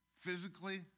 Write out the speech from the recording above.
physically